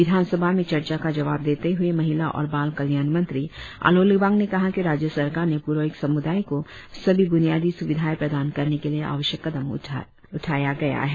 विधानसभा में चर्चा का जवाब देते हए महिला और बाल कल्याण मंत्री आलो लिबांग ने कहा कि राज्य सरकार ने प्रोइक समुदाय को सभी ब्नियादी स्विधाएं प्रदान करने के लिए आवश्यक कदम उठाया है